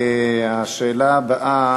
השאילתה הבאה,